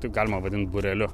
tai galima vadint būreliu